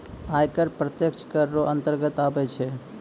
आय कर प्रत्यक्ष कर रो अंतर्गत आबै छै